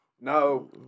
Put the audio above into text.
No